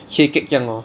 切 cake 这样 lor